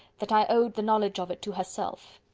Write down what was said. that i owed the knowledge of it to herself.